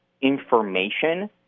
information